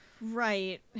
Right